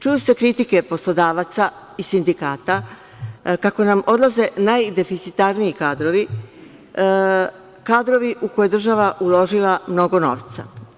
Čuju se kritike poslodavaca i sindikata kako nam odlaze najdeficitarniji kadrovi, kadrovi u koje je država uložila mnogo novca.